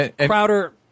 Crowder